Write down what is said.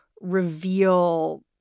reveal